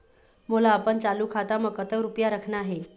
मोला अपन चालू खाता म कतक रूपया रखना हे?